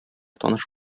таныш